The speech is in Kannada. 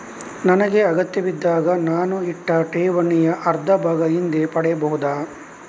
ನನಗೆ ಅಗತ್ಯವಿದ್ದಾಗ ನಾನು ಇಟ್ಟ ಠೇವಣಿಯ ಅರ್ಧಭಾಗ ಹಿಂದೆ ಪಡೆಯಬಹುದಾ?